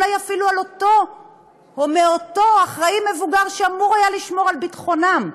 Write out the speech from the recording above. אולי אפילו מאותו מבוגר אחראי שאמור היה לשמור על ביטחונם?